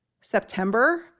September